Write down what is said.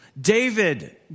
David